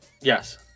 Yes